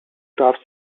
darfst